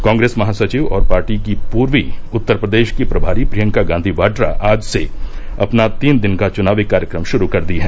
कांप्रेस महासचिव और पार्टी की पूर्वी उत्तर प्रदेश की प्रमारी प्रियंकागांधी वाड़ा आज से अपना तीन दिन का चुनावी कार्यक्रम श्रू कर दी हैं